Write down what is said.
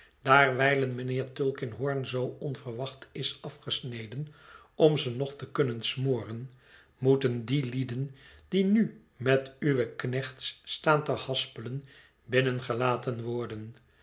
daar wijlen mijnheer tulkinghorn zoo onverwacht is afgesneden om ze nog te kunnen smoren moeten die lieden die nu met uwe knechts staan te haspelen binnengelaten worden